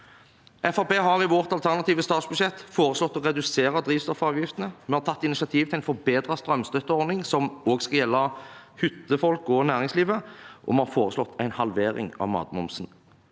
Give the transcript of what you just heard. har i sitt alternative statsbudsjett foreslått å redusere drivstoffavgiftene. Vi har tatt initiativ til en forbedret strømstøtteordning som også skal gjelde hyttefolk og næringslivet, og vi har foreslått en halvering av matmomsen.